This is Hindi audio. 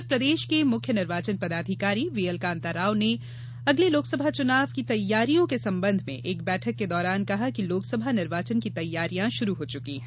उधर प्रदेश के मुख्य निर्वाचन पदाधिकारी व्हीएल कान्ता राव ने आगामी लोकसभा चुनाव की तैयारियों के संबंध में एक बैठक के दौरान कहा कि लोकसभा निर्वाचन की तैयारियाँ शुरू हो चुकी हैं